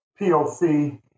POC